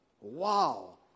Wow